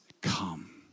come